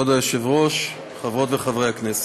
כבוד היושב-ראש, חברות וחברי הכנסת,